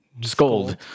Scold